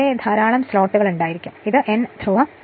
അവിടെ ധാരാളം സ്ലോട്ടുകൾ ഉണ്ടായിരിക്കാം ഇതാണ് N ധ്രുവം